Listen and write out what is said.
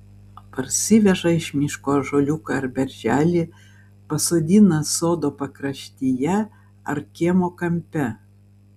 parsiveža iš miško ąžuoliuką ar berželį pasodina sodo pakraštyje ar kiemo kampe